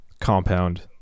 compound